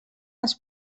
als